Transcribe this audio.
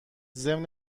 ضمن